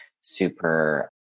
super